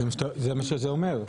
זה מה שזה אומר.